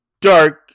dark